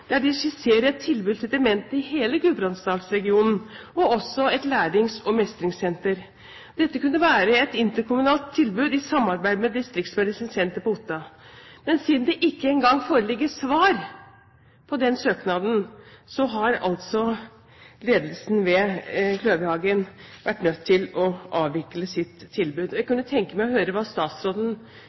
der de skisserte et tilbud til demente i hele gudbrandsdalsregionen og også et lærings- og mestringssenter. Dette kunne være et interkommunalt tilbud i samarbeid med Distriktsmedisinsk senter på Otta. Men siden det ikke en gang foreligger svar på den søknaden, har altså ledelsen ved Kløverhagen vært nødt til å avvikle sitt tilbud. Jeg kunne tenke meg å høre hva